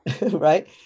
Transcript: Right